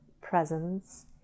presence